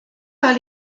par